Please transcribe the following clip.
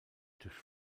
durch